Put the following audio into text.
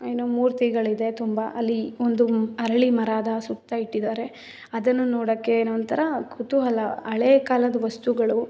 ಏನು ಮೂರ್ತಿಗಳಿದೆ ತುಂಬ ಅಲ್ಲಿ ಒಂದು ಅರಳಿ ಮರದ ಸುತ್ತ ಇಟ್ಟಿದ್ದಾರೆ ಅದನ್ನು ನೋಡೋಕ್ಕೆ ಏನೋ ಒಂಥರ ಕುತೂಹಲ ಹಳೇ ಕಾಲದ ವಸ್ತುಗಳು